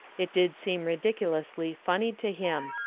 it did seem ridiculously funny to him.